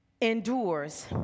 endures